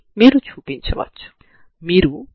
అప్పుడు dx0 dy అవుతుంది